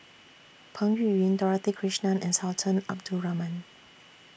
Peng Yuyun Dorothy Krishnan and Sultan Abdul Rahman